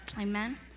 Amen